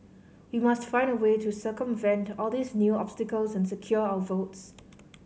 we must find a way to circumvent all these new obstacles and secure our votes